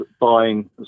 buying